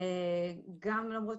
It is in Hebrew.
גם למרות.